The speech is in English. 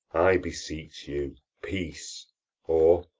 i beseech you, peace or,